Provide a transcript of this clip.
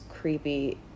creepy